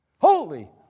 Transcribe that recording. Holy